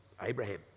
Abraham